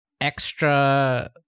extra